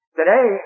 Today